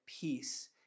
peace